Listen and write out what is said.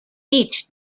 each